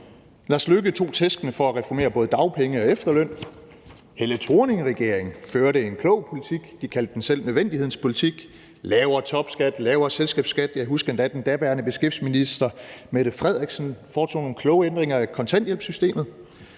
Rasmussen tog tæskene for at reformere både dagpenge og efterløn. Helle Thorning-Schmidt-regeringen førte en klog politik. De kaldte den selv nødvendighedens politik med lavere topskat og lavere selskabsskat. Jeg husker endda, at den daværende beskæftigelsesminister, Mette Frederiksen, foretog nogle kloge ændringer af kontanthjælpssystemet.